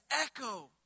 echo